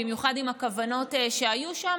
במיוחד עם הכוונות שהיו שם,